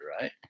right